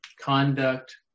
conduct